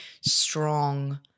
strong